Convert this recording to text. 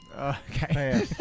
Okay